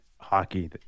hockey